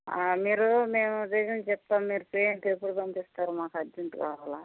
మీరు మేము డిజైన్ చెప్తాం మీరు పెయింట్ ఎప్పుడు పంపిస్తారు మాకు అర్జెంట్ కావాలి